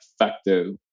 effective